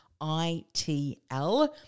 itl